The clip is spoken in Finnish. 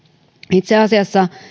itse asiassa